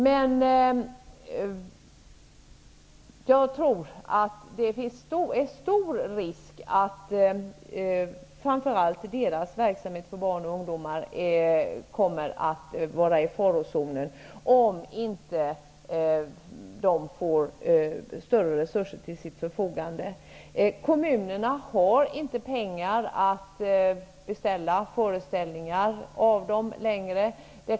Men jag tror att det finns en stor risk för att framför allt de fria teatergruppernas verksamhet för barn och ungdomar kommer att vara i farozonen, om de inte får större resurser till sitt förfogande. Kommunerna har inte längre pengar till att beställa föreställningar av dessa teatergrupper.